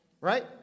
right